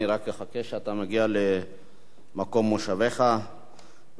אני רק אחכה שאתה תגיע למקום מושבך ואנחנו